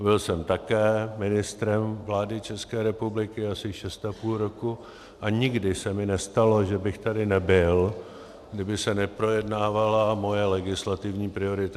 Byl jsem také ministrem vlády České republiky asi šest a půl roku a nikdy se mi nestalo, že bych tady nebyl, kdy by se neprojednávala moje legislativní priorita.